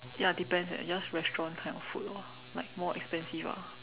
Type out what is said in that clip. ya depends eh just like restaurant kind of food lor like more expensive ah